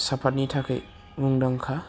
साफाटनि थाखाय मुंदांखा